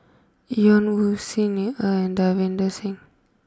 Ian Woo Xi Ni Er and Davinder Singh